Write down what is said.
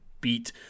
beat